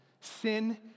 Sin